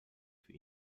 für